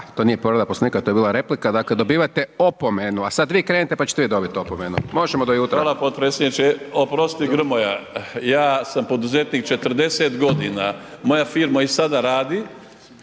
to nije povreda Poslovnika, to je bila replika, dakle dobivate opomenu, a sad vi krenite pa ćete i vi dobiti opomenu, možemo do jutra. **Mišić, Ivica (Nezavisni)** Hvala potpredsjedniče. Oprosti Grmoja. Ja sam poduzetnik 40 g. Moja firma i sada radi,